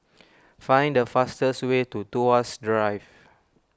find the fastest way to Tuas West Drive